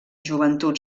joventut